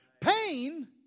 Pain